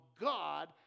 God